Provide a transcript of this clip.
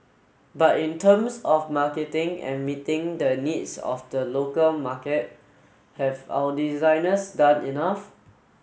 but in terms of marketing and meeting the needs of the local market have our designers done enough